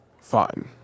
fine